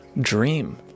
dream